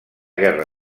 guerra